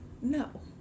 no